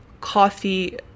coffee